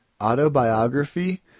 autobiography